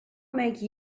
make